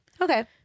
okay